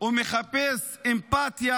ומחפש אמפתיה,